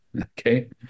okay